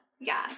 Yes